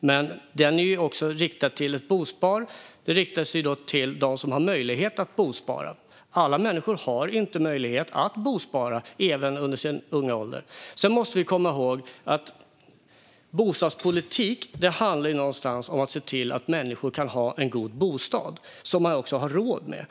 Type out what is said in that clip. Men ett bospar riktar sig till dem som har möjlighet att bospara. Alla människor har inte möjlighet att bospara även i ung ålder. Sedan måste vi komma ihåg att bostadspolitik någonstans handlar om att se till att människor kan ha en god bostad som man också har råd med.